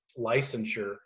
licensure